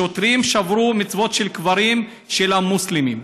שוטרים שברו מצבות של קברים של מוסלמים.